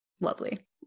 lovely